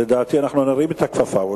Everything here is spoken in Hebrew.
לדעתי אנחנו נרים את הכפפה.